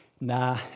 nah